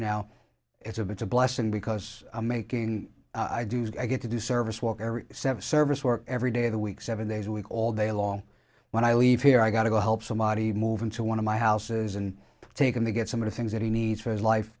now it's a bit a blessing because i'm making i do i get to do service work every seven service work every day of the week seven days a week all day long when i leave here i got to go help somebody move into one of my houses and take them to get some of the things that he needs for his life